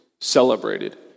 celebrated